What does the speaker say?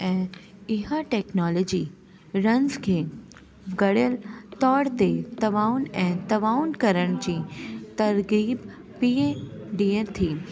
ऐं इहा टेक्नोलॉजी रंस खे गड़ियल तौर ते तवाउनि ऐं तवाउनि करण जी तरक़ीब पिणु ॾियनि थी